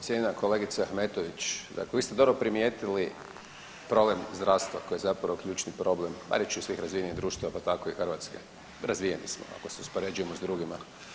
Cijenjena kolegice Ahmetović, vi ste dobro primijetili problem zdravstva koji je zapravo ključni problem, a reći ću svih razvijenih društava pa tako i Hrvatske, razvijeni smo ako se uspoređujemo s drugim.